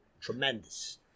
Tremendous